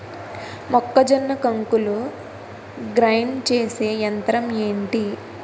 మొక్కజొన్న కంకులు గ్రైండ్ చేసే యంత్రం ఏంటి?